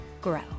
grow